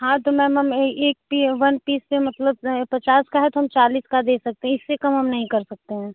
हाँ तो मैम हम एक पी वन पीस से मतलब पचास का है तो हम चालीस का दे सकते हैं इससे कम हम नहीं कर सकते हैं